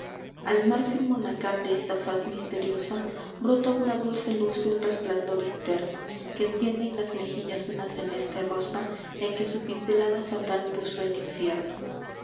al marfil monacal de esa faz misteriosa brota una dulce luz de un resplandor interno que enciende en las mejillas una celeste rosa en que su pincelada fatal puso el infierno